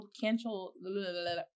cancel